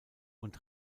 und